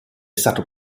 stato